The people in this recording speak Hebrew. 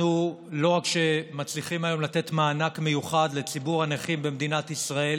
אנחנו לא רק שמצליחים היום לתת מענק מיוחד לציבור הנכים במדינת ישראל